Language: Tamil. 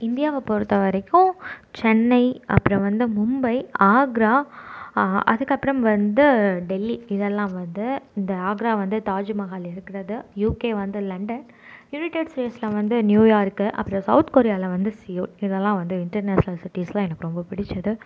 இந்தியாவை பொறுத்தவரைக்கும் சென்னை அப்புறம் வந்து மும்பை ஆக்ரா அதுக்கு அப்புறம் வந்து டெல்லி இதை எல்லாம் வந்து இந்த ஆக்ரா வந்து தாஜ்மஹால் இருக்கிறது யூகே வந்து லண்டன் யுனைடெட் ஸ்டேட்ஸில் வந்து நியூயார்க்கு அப்புறம் சவுத் கொரியாவில் வந்து சியோல் இதெல்லாம் வந்து இன்டர்நேஷனல் சிட்டீஸில் எனக்கு ரொம்ப பிடித்தது